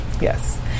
Yes